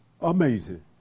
Amazing